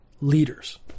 leaders